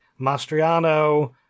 Mastriano